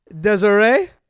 Desiree